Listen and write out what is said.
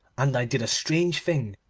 and i did a strange thing,